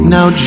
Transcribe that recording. Now